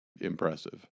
impressive